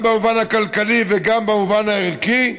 גם במובן הכלכלי וגם במובן הערכי,